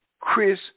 Chris